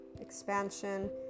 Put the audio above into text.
expansion